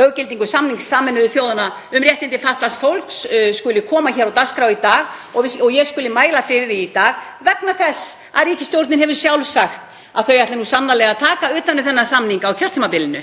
löggildingu samnings Sameinuðu þjóðanna um réttindi fatlaðs fólks, skuli koma á dagskrá í dag og að ég skuli mæla fyrir því í dag vegna þess að ríkisstjórnin hefur sjálf sagt að hún ætli nú sannarlega að taka utan um þennan samning á kjörtímabilinu.